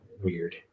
weird